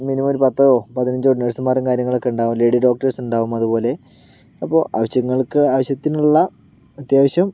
minimum ഒരു പത്തോ പതിനഞ്ചോ നേഴ്സ്സമാരും കാര്യങ്ങളൊക്കെ ഉണ്ടാകും ലേഡി ഡോക്ടേഴ്സ് ഉണ്ടാകും അതുപോലെ അപ്പോൾ ആവശ്യങ്ങൾക്ക് ആവശ്യത്തിനുള്ള അത്യാവശ്യം